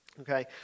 okay